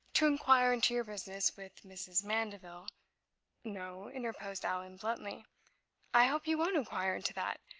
to inquire into your business with mrs. mandeville no, interposed allan, bluntly i hope you won't inquire into that.